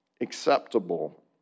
acceptable